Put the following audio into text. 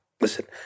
listen